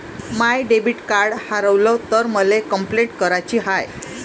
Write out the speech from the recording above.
माय debit card हारवल तर मले कंपलेंट कराची हाय